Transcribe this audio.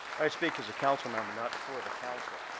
i speak as a council member, not for the council.